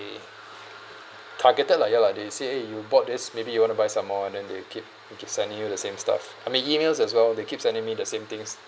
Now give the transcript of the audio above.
targeted lah you know like they say eh you bought this maybe you want to buy some more and then they keep they keep sending you the same stuff I mean emails as well they keep sending me the same things